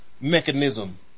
mechanism